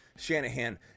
Shanahan